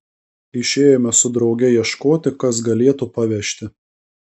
išėjome su drauge ieškoti kas galėtų pavežti